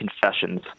confessions